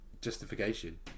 justification